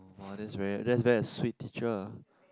!wah! that's very that's very a sweet teacher ah